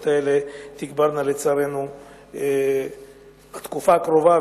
האלה תגברנה לצערנו בתקופה הקרובה,